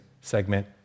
segment